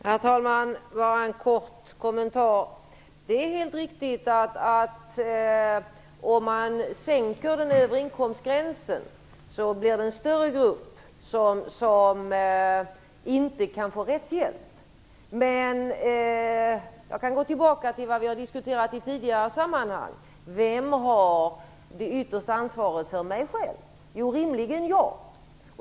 Herr talman! Bara en kort kommentar. Det är helt riktigt att en sänkning av den övre inkomstgränsen innebär att det blir en större grupp som inte kan få rättshjälp. Men jag kan gå tillbaka till vad vi har diskuterat i tidigare sammanhang: Vem har det yttersta ansvaret för mig själv? Jo, det är rimligen jag.